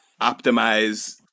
optimize